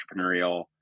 entrepreneurial